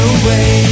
away